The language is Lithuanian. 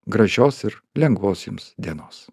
gražios ir lengvos jums dienos